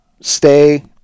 stay